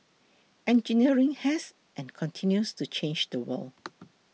engineering has and continues to change the world